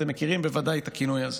אתם מכירים בוודאי את הכינוי הזה.